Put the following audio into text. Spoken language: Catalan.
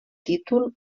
títol